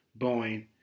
Boeing